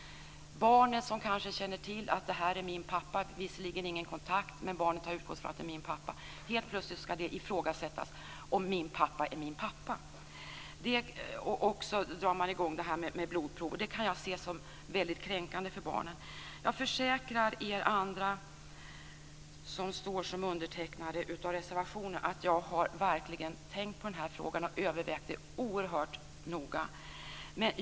Barnet har visserligen inte haft någon kontakt med pappan men känner till honom och har utgått från att han är pappan. Helt plötsligt skall det ifrågasättas om mannen verkligen är pappan. Jag kan se det som väldigt kränkande för barnet. Jag försäkrar er andra som står som undertecknare av reservationen att jag verkligen har tänkt på frågan och övervägt den oerhört noga.